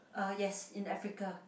uh yes in Africa